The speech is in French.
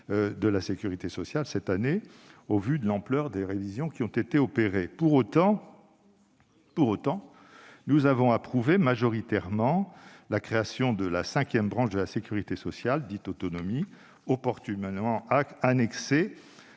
de la sécurité sociale cette année, au vu de l'ampleur des révisions qui ont été opérées. Pour autant, nous avons approuvé majoritairement la création de la cinquième branche de la sécurité sociale, dite « autonomie », opportunément annexée